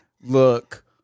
look